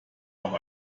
auch